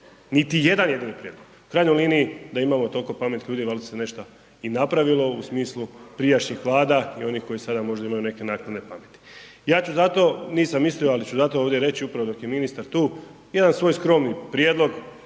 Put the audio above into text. niti jedan jedini prijedlog. U krajnjoj liniji da imamo toliko pametnih ljudi valjda bi se nešto i napravilo u smislu prijašnjih vlada i oni koji sada možda imaju neke naknadne pameti. Ja ću zato, nisam mislio ali ću zato ovdje reći upravo dok je ministar tu jedan svoj skromni prijedlog,